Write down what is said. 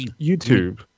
YouTube